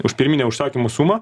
už pirminę užsakymo sumą